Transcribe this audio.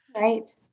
Right